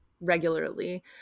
regularly